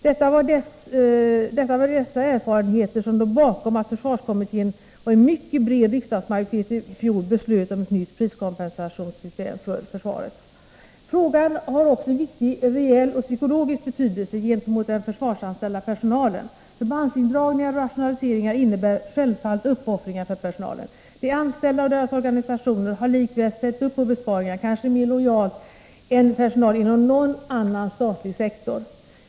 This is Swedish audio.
Det var dessa erfarenheter som låg bakom försvarskommitténs förslag och det förhållandet att en mycket bred riksdagsmajoritet i fjol beslöt om ett nytt priskompensationssystem för försvaret. Frågan har också en viktig reell och psykologisk betydelse när det gäller den försvarsanställda personalen. Förbandsindragningar och rationaliseringar innebär självfallet uppoffringar för personalen. De anställda och deras organisationer har likväl ställt upp på besparingar, kanske mer lojalt än personal inom någon annan statlig sektor.